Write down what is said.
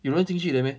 有人进去的 meh